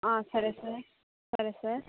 సరే సార్ సరే సార్